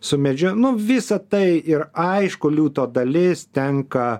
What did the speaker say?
sumedžioja nu visa tai ir aišku liūto dalis tenka